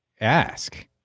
ask